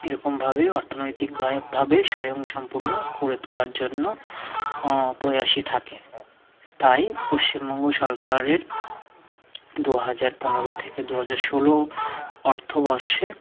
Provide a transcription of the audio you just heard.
এরকমভাবে অর্থনৈতিকভায় ভাবে স্বয়ংসম্পূর্ণ করে তোলার জন্য প্রয়াসী থাকে তাই পশ্চিমবঙ্গ সরকারের দু হাজার পনেরো থেকে দু হাজার ষোলো অর্থবর্ষে